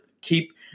Keep